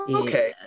okay